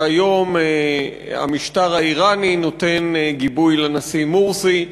שהיום המשטר האיראני נותן גיבוי לנשיא מורסי.